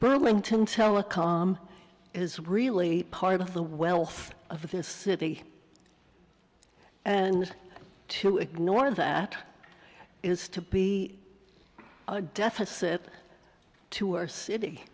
burlington telecom is really a part of the wealth of this city and to ignore that is to be a deficit to our city